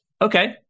Okay